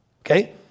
okay